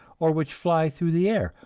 or which fly through the air,